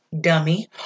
dummy